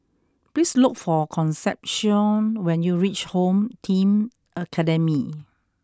please look for Concepcion when you reach Home Team Academy